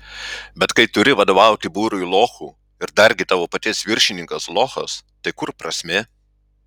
bet kai turi vadovauti būriui lochų ir dargi tavo paties viršininkas lochas tai kur prasmė